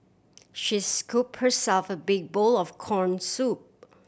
she scoop herself a big bowl of corn soup